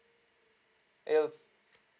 it will